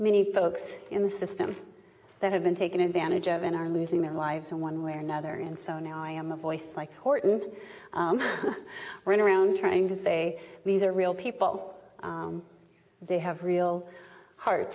many folks in the system that have been taken advantage of and are losing their lives in one way or another and so now i am a voice like horton going around trying to say these are real people they have real heart